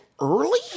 early